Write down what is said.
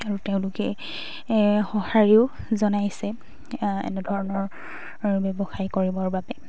আৰু তেওঁলোকে সহায়ো জনাইছে এনেধৰণৰ ব্যৱসায় কৰিবৰ বাবে